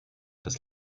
des